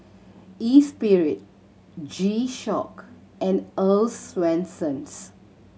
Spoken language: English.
Espirit G Shock and Earl's Swensens